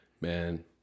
Man